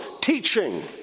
teaching